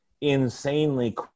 insanely